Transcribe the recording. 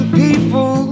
people